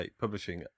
publishing